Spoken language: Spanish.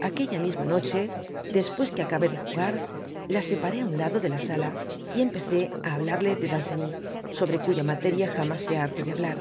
aquella misma noche después que acabé de jugar la separé á un lado de la sala yempezé á hablarle de danceny sobre cuya materia jamas se harta de hablar